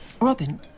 Robin